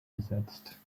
besetzt